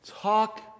Talk